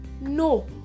no